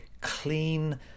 clean